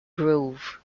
grove